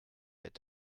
wird